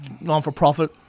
non-for-profit